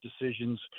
decisions